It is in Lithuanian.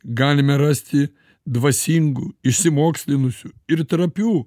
galime rasti dvasingų išsimokslinusių ir trapių